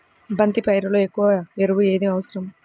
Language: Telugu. బంతి పైరులో ఎక్కువ ఎరువు ఏది అవసరం?